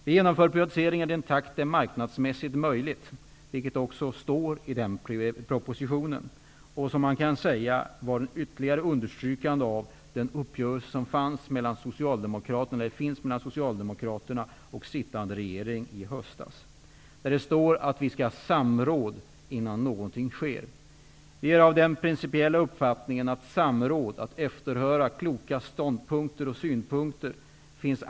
Vi genomför privatiseringen i den takt det marknadsmässigt är möjligt, vilket också står i den propositionen och som man kan säga ytterligare underströks i den uppgörelse som gjordes mellan Där står att vi skall ha samråd innan någonting sker. Vi är av den principiella uppfattningen att det finns all anledning att ha samråd, att efterhöra kloka ståndpunkter och synpunkter.